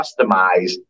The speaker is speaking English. customize